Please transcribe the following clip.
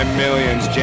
millions